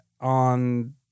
on